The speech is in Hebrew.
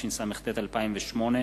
התשס"ט 2008, מ/412,